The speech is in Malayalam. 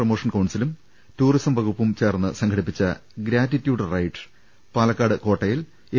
പ്രമോഷൻ കൌൺസിലും ടൂറിസം വകുപ്പും സംഘടിപ്പിച്ച ഗ്രാറ്റിറ്റ്യൂഡ് റൈഡ് പാലക്കാട്ട് കോട്ടയിൽ എം